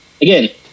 again